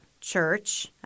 church